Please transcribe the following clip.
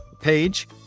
page